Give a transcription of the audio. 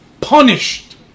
punished